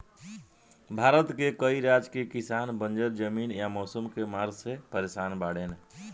भारत के कई राज के किसान बंजर जमीन या मौसम के मार से परेसान बाड़ेन